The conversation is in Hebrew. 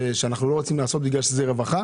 שאנחנו לא רוצים לתקוע את זה בגלל שזה הרווחה,